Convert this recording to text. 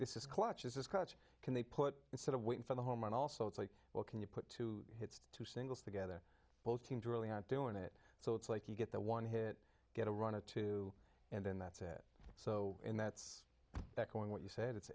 this is clutch is a scratch can they put in sort of waiting for the home and also it's like well can you put two hits two singles together both teams really aren't doing it so it's like you get the one hit get a run or two and then that's it so that's echoing what you said it's